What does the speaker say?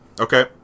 Okay